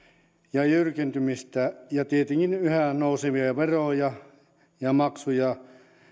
ja jyrkentymistä ja tietenkin yhä nousevia veroja ja maksuja